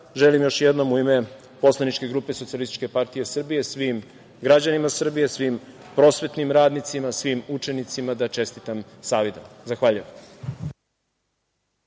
želim još jednom u ime poslaničke grupe SPS svim građanima Srbije, svim prosvetnim radnicima, svim učenicima da čestitam Savindan. Zahvaljujem.